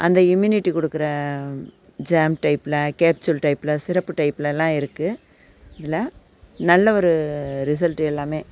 அந்த இம்யுனிட்டி கொடுக்குற ஜாம் டைப்பில் கேப்சுல் டைப்பில் சிரப்பு டைப்லெலாம் இருக்குது இதில் நல்ல ஒரு ரிசல்ட்டு எல்லாமே